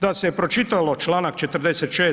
Da se pročitalo čl. 46.